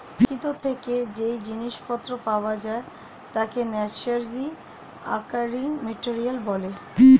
প্রকৃতি থেকে যেই জিনিস পত্র পাওয়া যায় তাকে ন্যাচারালি অকারিং মেটেরিয়াল বলে